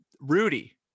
Rudy